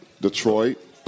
Detroit